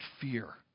fear